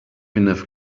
enough